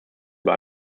über